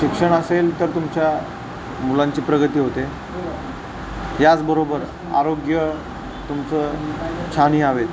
शिक्षण असेल तर तुमच्या मुलांची प्रगती होते याचबरोबर आरोग्य तुमचं छान ही हवे